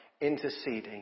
interceding